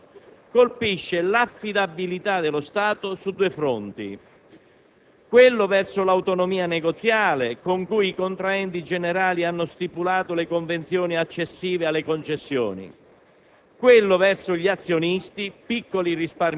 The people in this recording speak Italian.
La revoca delle concessioni, pertanto, colpisce l'affidabilità dello Stato su due fronti: quello verso l'autonomia negoziale con cui i contraenti generali hanno stipulato le convenzioni accessive alle concessioni;